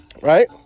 right